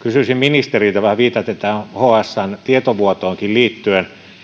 kysyisin ministeriltä vähän viitaten ja liittyen tähän hsn tietovuotoonkin